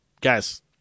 guys